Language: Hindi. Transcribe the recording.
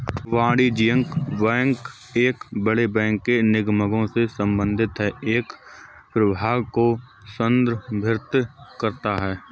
वाणिज्यिक बैंक एक बड़े बैंक के निगमों से संबंधित है एक प्रभाग को संदर्भित करता है